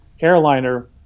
airliner